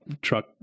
truck